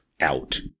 out